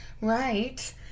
Right